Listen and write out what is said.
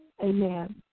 Amen